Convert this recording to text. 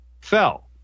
fell